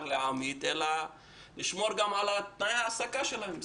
לעמית אלא לשמור גם על תנאי ההעסקה שלהם,